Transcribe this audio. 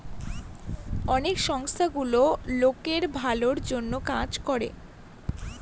অনেক সংস্থা গুলো লোকের ভালোর জন্য কাজ করে